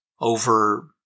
over